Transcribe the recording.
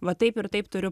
va taip ir taip turiu